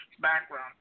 background